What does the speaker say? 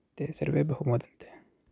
ते सर्वे बहु मोदन्ते